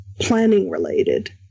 planning-related